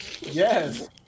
Yes